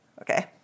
okay